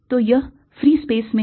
तो यह free space में है